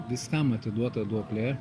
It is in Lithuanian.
viskam atiduota duoklė